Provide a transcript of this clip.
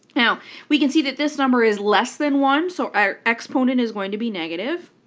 now we can see that this number is less than one, so our exponent is going to be negative,